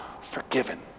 forgiven